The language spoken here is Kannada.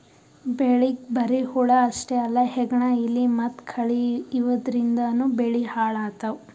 ಬೆಳಿಗ್ ಬರಿ ಹುಳ ಅಷ್ಟೇ ಅಲ್ಲ ಹೆಗ್ಗಣ, ಇಲಿ ಮತ್ತ್ ಕಳಿ ಇವದ್ರಿಂದನೂ ಬೆಳಿ ಹಾಳ್ ಆತವ್